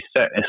set